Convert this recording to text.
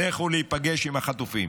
לכו להיפגש עם החטופים,